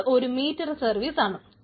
cloud ഒരു meter സർവീസാണ്